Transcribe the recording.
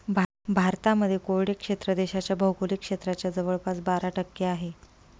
भारतामध्ये कोरडे क्षेत्र देशाच्या भौगोलिक क्षेत्राच्या जवळपास बारा टक्के आहे